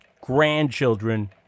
grandchildren